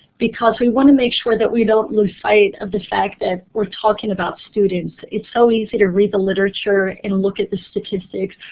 because we want to make sure that we don't lose sight of the fact that we're talking about students. it's so easy to read the literature and look at the statistics,